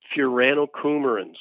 furanocoumarins